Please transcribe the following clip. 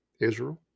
Israel